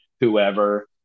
whoever